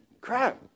crap